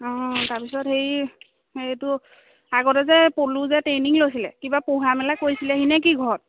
অ তাৰপিছত হেৰি হেৰিটো আগতে যে পলু যে ট্ৰেইনিং লৈছিলে কিবা পোহা মেলা কৰিছিলেহি নেকি ঘৰত